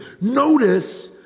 Notice